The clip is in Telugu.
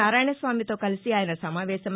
నారాయణ స్వామితో కలిసి ఆయన సమావేశమె